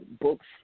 books